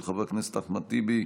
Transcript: של חבר הכנסת אחמד טיבי,